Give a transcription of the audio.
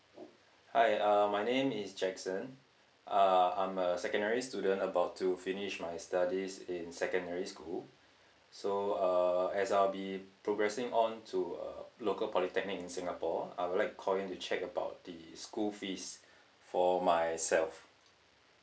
hi um my name is jackson uh I'm a secondary student about to finish my studies in secondary school so err as I'll be progressing on to uh local polytechnic in singapore I would like calling to check about the school fees for myself